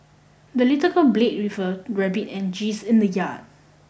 the little girl played with her rabbit and geese in the yard